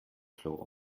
klo